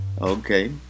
Okay